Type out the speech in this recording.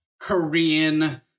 Korean